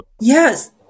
Yes